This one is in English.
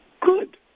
Good